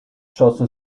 schossen